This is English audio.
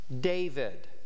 David